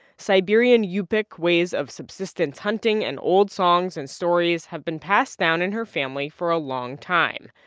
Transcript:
siberian yupik ways of subsistence hunting and old songs and stories have been passed down in her family for a long time.